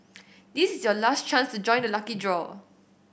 this is your last chance to join the lucky draw